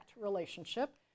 relationship